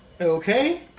Okay